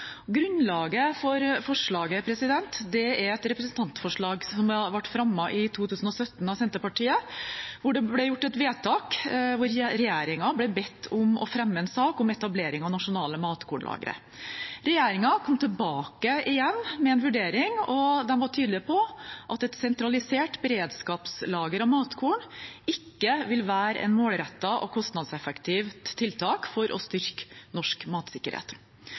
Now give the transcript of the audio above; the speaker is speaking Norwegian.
Grunnlaget for forslaget er et representantforslag som ble fremmet av Senterpartiet i 2017, da det ble gjort et vedtak der regjeringen ble bedt om å fremme en sak om etablering av nasjonale matkornlagre. Regjeringen kom tilbake med en vurdering og var tydelig på at et sentralisert beredskapslager av matkorn ikke ville være et målrettet og kostnadseffektivt tiltak for å styrke norsk matsikkerhet.